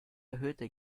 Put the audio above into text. erhöhte